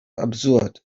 absurd